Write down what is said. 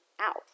out